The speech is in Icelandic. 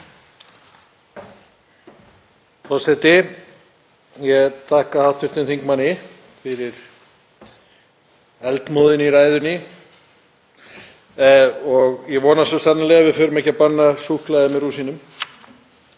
Forseti. Ég þakka hv. þingmanni fyrir eldmóðinn í ræðunni og ég vona svo sannarlega að við förum ekki að banna súkkulaði með rúsínum.